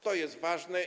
To jest ważne.